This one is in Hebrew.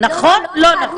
נכון או לא נכון?